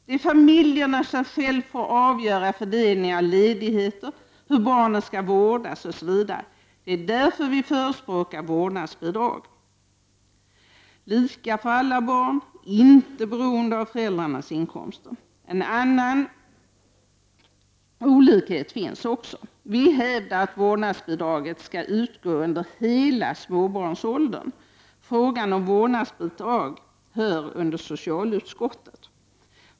Det är familjerna som själva skall avgöra fördelningen av ledigheter, hur barnen skall vårdas, osv. Det är därför vi förespråkar vårdnadsbidrag, lika för alla barn, inte beroende av föräldrarnas inkomster. En annan olikhet finns också. Vi hävdar att vårdnadsbidraget skall utgå under hela småbarnsåldern. Frågan om vårdnadsbidrag hör under socialutskottet.